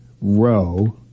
row